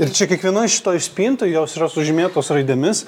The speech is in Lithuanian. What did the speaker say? ir čia kiekvienoj šitoj iš spintų jos yra sužymėtos raidėmis